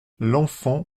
l’enfant